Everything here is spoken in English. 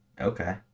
okay